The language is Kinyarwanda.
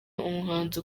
umuhanzi